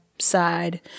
side